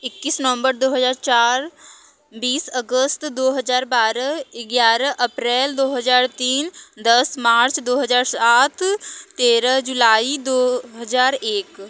इक्कीस नवम्बर दो हज़ार चार बीस अगस्त दो हज़ार बारह ग्यारह अप्रैल दो हज़ार तीन दस मार्च दो हज़ार सात तेरह जुलाई दो हज़ार एक